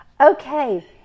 okay